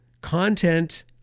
content